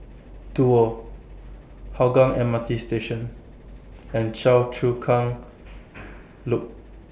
Duo Hougang M R T Station and Choa Chu Kang Loop